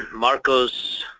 marcos,